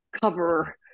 cover